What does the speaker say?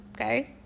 okay